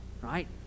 right